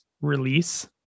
release